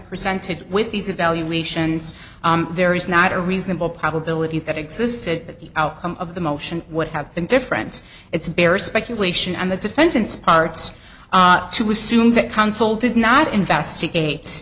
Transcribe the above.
presented with these evaluations there is not a reasonable probability that exists that the outcome of the motion would have been different it's a bare speculation on the defendant's parts to assume that console did not investigate